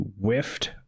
whiffed